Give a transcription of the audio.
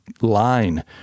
line